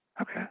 Okay